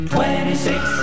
Twenty-six